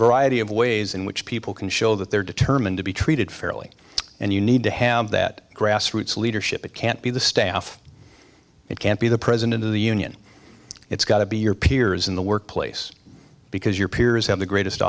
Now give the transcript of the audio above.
variety of ways in which people can show that they're determined to be treated fairly and you need to have that grassroots leadership it can't be the staff it can't be the president of the union it's got to be your peers in the workplace because your peers have the greatest